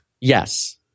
Yes